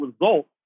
result